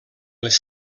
les